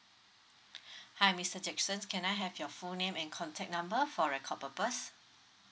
hi mister jackson can I have your full name and contact number for record purpose